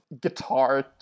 guitar